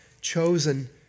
chosen